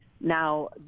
Now